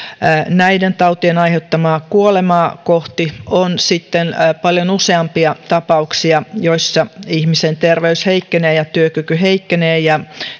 näiden tautien aiheuttamaa kuolemaa kohti on sitten paljon useampia tapauksia joissa ihmisen terveys heikkenee ja työkyky heikkenee ja